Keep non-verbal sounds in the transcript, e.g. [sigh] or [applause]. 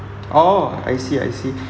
orh I see I see [breath]